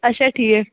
اچھا ٹھیٖک